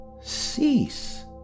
cease